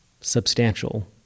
substantial